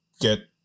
get